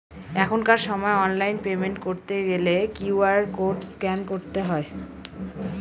এখনকার সময় online payment করতে গেলে কিউ.আর কোড স্ক্যান করতে হয়